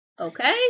Okay